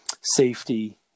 safety